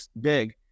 big